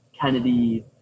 Kennedy